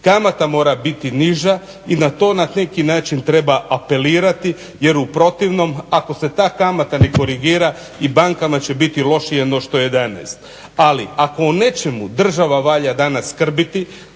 kamata mora biti niža i na to na neki način treba apelirati jer u protivnom ako se ta kamata ne korigira i bankama će biti lošije no što je danas. Ali ako u nečemu država valja danas skrbiti